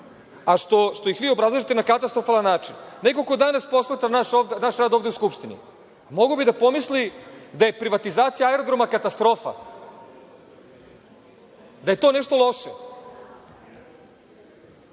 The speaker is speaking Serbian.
a što ih vi obrazlažete na katastrofalan način. Neko ko danas posmatra naš rad ovde u Skupštini, mogao bi da pomisli da je privatizacija aerodroma katastrofa, da je to nešto loše. Kada